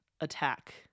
attack